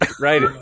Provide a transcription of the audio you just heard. Right